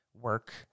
work